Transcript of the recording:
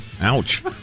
Ouch